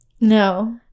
No